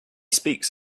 speaks